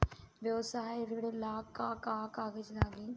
व्यवसाय ऋण ला का का कागज लागी?